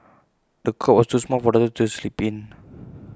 the cot was too small for the toddler to sleep in